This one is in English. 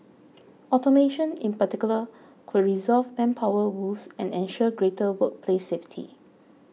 automation in particular could resolve manpower woes and ensure greater workplace safety